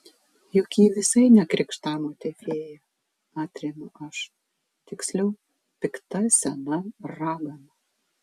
juk ji visai ne krikštamotė fėja atremiu aš tiksliau pikta sena ragana